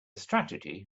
strategy